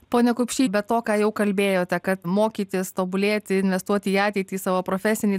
pone kupšy be to ką jau kalbėjote kad mokytis tobulėti investuoti į ateitį savo profesinį